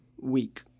week